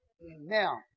Now